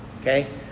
Okay